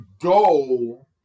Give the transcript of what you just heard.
goal